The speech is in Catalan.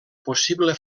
possible